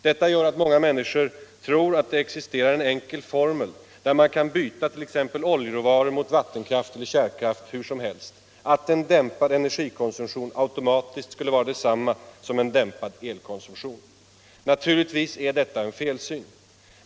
Detta gör att många människor tror att det existerar en enkel formel, där man kan byta t.ex. oljeråvaror mot vattenkraft eller kärnkraft hur som helst, att en dämpad energikonsumtion automatiskt skulle vara detsamma som en dämpad elkonsumtion. Naturligtvis är detta en felsyn.